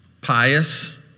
Pious